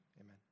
Amen